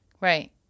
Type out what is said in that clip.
Right